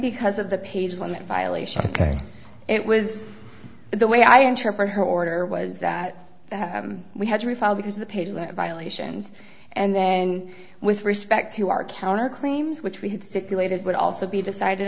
because of the page limit violation ok it was the way i interpret her order was that we had to refile because the paid letter violations and then with respect to our counterclaims which we had stipulated would also be decided